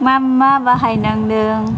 मा मा बाहायनांदों